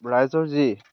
ৰাইজৰ যি